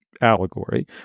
allegory